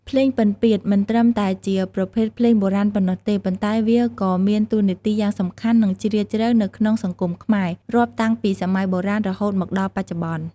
ភ្លេងពិណពាទ្យមិនត្រឹមតែជាប្រភេទភ្លេងបុរាណប៉ុណ្ណោះទេ ប៉ុន្តែវាក៏មានតួនាទីយ៉ាងសំខាន់ និងជ្រាលជ្រៅនៅក្នុងសង្គមខ្មែរ រាប់តាំងពីសម័យបុរាណរហូតមកដល់បច្ចុប្បន្ន។